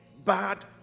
Bad